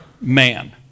man